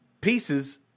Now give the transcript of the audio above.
pieces